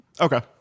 okay